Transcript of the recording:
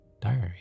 diary